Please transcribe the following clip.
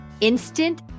instant